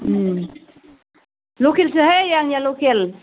लकेलसोहाय आंनिया लकेल